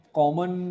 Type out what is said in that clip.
common